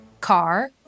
Car